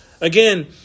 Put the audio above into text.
Again